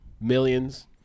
millions